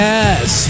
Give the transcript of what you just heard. Yes